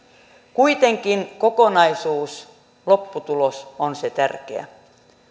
kuitenkin kokonaisuus lopputulos on se tärkeä